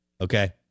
okay